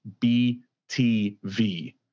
BTV